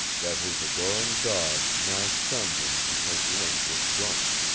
that his adoring dog now shunned him because link was drunk.